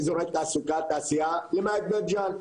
תעסוקה, תעשייה, למעט בית ג'אן,